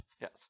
Yes